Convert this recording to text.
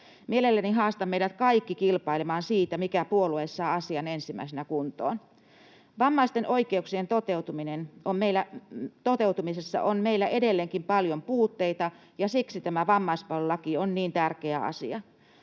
Mielelläni haastan meidät kaikki kilpailemaan siitä, mikä puolue saa asian ensimmäisenä kuntoon. Vammaisten oikeuksien toteutumisessa on meillä edelleenkin paljon puutteita, ja siksi tämä vammaispalvelulaki on niin tärkeä asia.